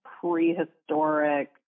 prehistoric